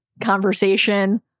conversation